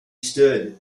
stood